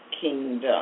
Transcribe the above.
kingdom